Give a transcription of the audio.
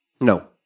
No